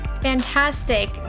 fantastic